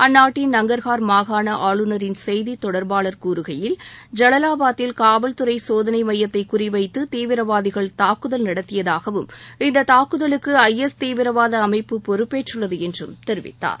அந்நாட்டின் நங்கர்ஹார் மாகாண ஆளுநரின் செய்தி தொடர்பாளர் கூறுகையில் ஜலலாபாத்தில் காவல்துறை சோதனை மையத்தை குறிவைத்து தீவிரவாதிகள் தாக்குதல் நடத்தியதாகவும் இந்த தாக்குதலுக்கு ஐஎஸ் தீவிரவாத அமைப்பு பொறுப்பேற்றுள்ளது என்றும் தெரிவித்தார்